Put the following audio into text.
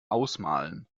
ausmalen